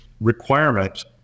requirement